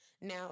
Now